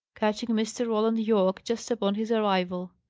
catching mr. roland yorke just upon his arrival.